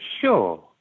sure